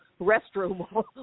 restroom